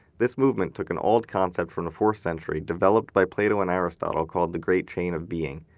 this movement took an old concept from the fourth century developed by plato and aristotle, called the great chain of being.